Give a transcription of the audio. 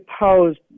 opposed